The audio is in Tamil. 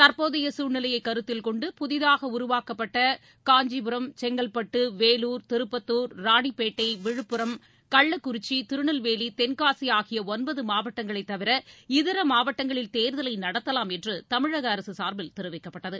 தற்போதைய சூழ்நிலையை கருத்தில் கொண்டு புதிதாக உருவாக்கப்பட்ட காஞ்சிபுரம் செங்கல்பட்டு வேலூர் திருப்பத்தூர் ராணிப்பேட்டை விழுப்புரம் கள்ளக்குறிச்சி திருநெல்வேலி தென்காசி ஆகிய ஒன்பது மாவட்டங்களை தவிர இதர மாவட்டங்களில் தேர்தலை நடத்தலாம் என்று தமிழக அரசு சார்பில் தெரிவிக்கப்பட்டது